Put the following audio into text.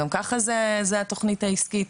גם ככה זו התכנית העסקית,